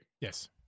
Yes